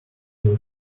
will